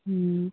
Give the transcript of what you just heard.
హ